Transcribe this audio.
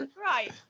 Right